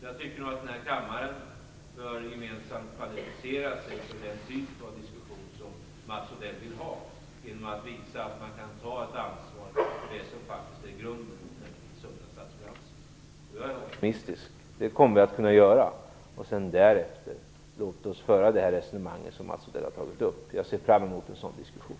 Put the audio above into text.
Jag tycker att vi i den här kammaren gemensamt bör kvalificera oss för den typ av diskussion som Mats Odell vill ha genom att visa att man kan ta ett ansvar för det som faktiskt är de sunda statsfinanserna. Jag är optimistisk. Det kommer vi att kunna göra. Låt oss därefter föra det resonemang som Mats Odell har tagit upp. Jag ser fram emot en sådan diskussion.